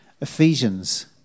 Ephesians